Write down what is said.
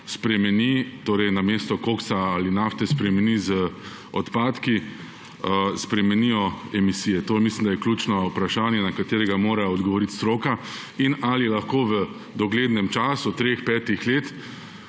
goriva, torej namesto koksa ali nafte, spremeni z odpadki, spremenijo emisije. To mislim, da je ključno vprašanje, na katerega mora odgovoriti stroka, in ali lahko v doglednem času treh,